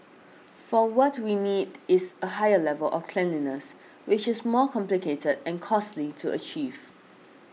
for what we need is a higher level of cleanliness which is more complicated and costly to achieve